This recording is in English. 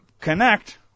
connect